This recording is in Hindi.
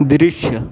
दृश्य